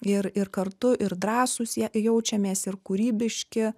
ir ir kartu ir drąsūs ja jaučiamės ir kūrybiški